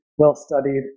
well-studied